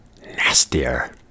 nastier